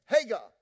Hagar